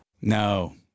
No